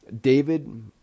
David